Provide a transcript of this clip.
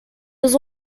was